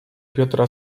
piotra